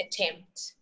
attempt